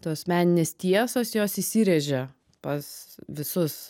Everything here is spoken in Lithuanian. asmeninės tiesos jos įsirėžia pas visus